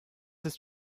ist